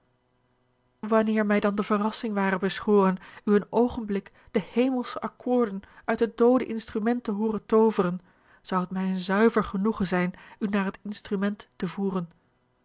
wanneer mij dan de verrassing ware beschoren u een oogenblik de hemelsche accoorden uit het doode instrument te hooren tooveren zou het mij een zuiver genoegen zijn u naar het instrument te voeren